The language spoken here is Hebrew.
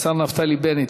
השר נפתלי בנט.